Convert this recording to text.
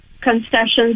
concessions